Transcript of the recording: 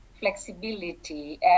flexibility